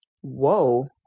Whoa